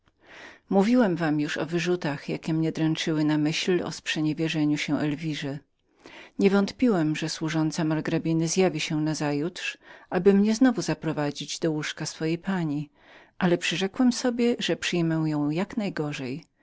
mówiłem wam już o wyrzutach jakie mnie dręczyły na myśl przeniewierzenia się elwirze nie wątpiłem że służąca margrabiny zjawi się nazajutrz aby mnie znowu zaprowadzić do swojej pani ale przyrzekłem sobie jak najgorzej